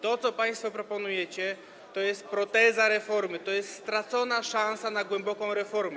To, co państwo proponujecie, to jest proteza reformy, to jest stracona szansa na głęboką reformę.